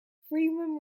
freeman